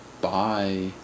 bye